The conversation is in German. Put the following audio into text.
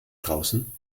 draußen